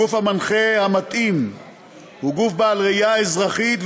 הגוף המנחה המתאים הוא גוף בעל ראייה אזרחית,